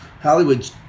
Hollywood